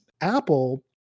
Apple